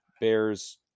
Bears